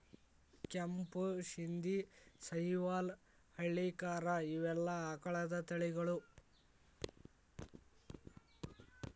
ಕೆಂಪು ಶಿಂದಿ, ಸಹಿವಾಲ್ ಹಳ್ಳಿಕಾರ ಇವೆಲ್ಲಾ ಆಕಳದ ತಳಿಗಳು